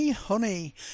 honey